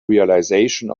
realization